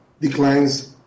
declines